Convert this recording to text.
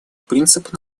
принцип